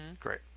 great